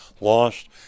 lost